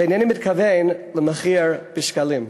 ואינני מתכוון למחיר בשקלים.